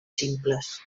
simples